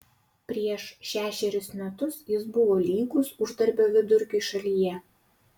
prieš šešerius metus jis buvo lygus uždarbio vidurkiui šalyje